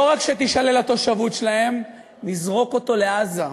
לא רק שתישלל התושבות שלהם, נזרוק אותו לעזה.